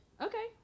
Okay